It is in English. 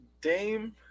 Dame